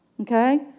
okay